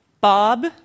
Bob